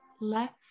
left